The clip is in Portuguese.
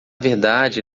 verdade